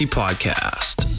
podcast